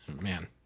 man